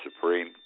Supreme